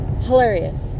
hilarious